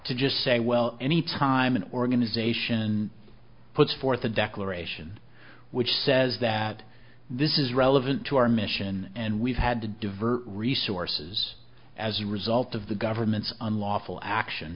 to just say well anytime an organization puts forth a declaration which says that this is relevant to our mission and we've had to divert resources as a result of the government's unlawful action